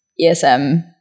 ESM